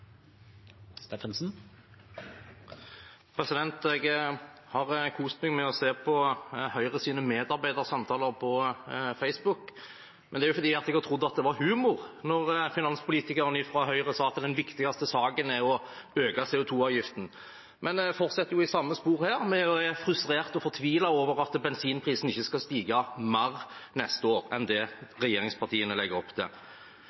fordi jeg har trodd at det var humor da finanspolitikerne fra Høyre sa at den viktigste saken er å øke CO 2 -avgiften. Men de fortsetter i samme spor her, med å være frustrerte og fortvilte over at bensinprisen ikke skal stige mer neste år enn det regjeringspartiene legger opp til.